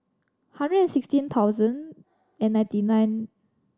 hundred and sixteen thousand and ninety nine